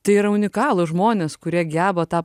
tai yra unikalūs žmonės kurie geba tą